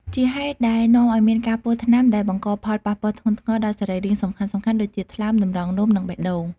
ជាហេតុដែលនាំឱ្យមានការពុលថ្នាំដែលបង្កផលប៉ះពាល់ធ្ងន់ធ្ងរដល់សរីរាង្គសំខាន់ៗដូចជា ថ្លើម តម្រងនោម និងបេះដូង។